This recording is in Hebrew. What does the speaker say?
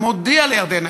ומודיע לירדן,